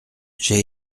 j’ai